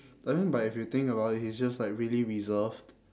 but then but if you think about it he is just like really reserved